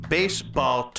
Baseball